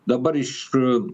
dabar iš